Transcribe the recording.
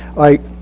i